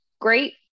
great